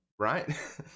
Right